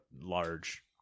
large